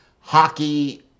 hockey